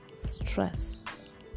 Stress